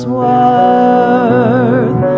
worth